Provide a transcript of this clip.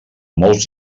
molts